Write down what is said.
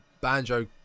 banjo